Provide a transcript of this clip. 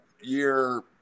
year